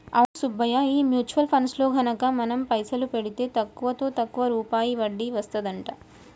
అవును సుబ్బయ్య ఈ mutual funds లో ఘనత మనం పైసలు పెడితే తక్కువలో తక్కువ రూపాయి వడ్డీ వస్తదంట